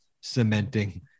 cementing